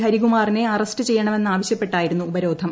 ഹരികുമാറിനെ arrest ചെയ്യണമെന്നാവശ്യപ്പെട്ടായിരുന്നു ഉപരോധം